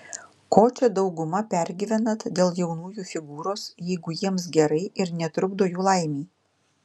ko čia dauguma pergyvenat dėl jaunųjų figūros jeigu jiems gerai ir netrukdo jų laimei